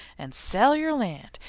and sell your land,